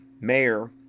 Mayor